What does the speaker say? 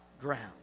ground